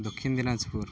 Dakshin Dinajpur